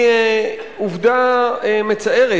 זו עובדה מצערת.